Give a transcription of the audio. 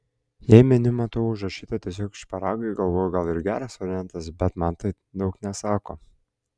jei meniu matau užrašyta tiesiog šparagai galvoju gal ir geras variantas bet man tai daug nesako